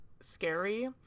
scary